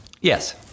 Yes